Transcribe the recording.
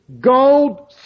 gold